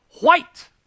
white